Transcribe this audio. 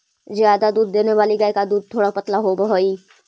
ज्यादा दूध देने वाली गाय का दूध थोड़ा पतला होवअ हई